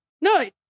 No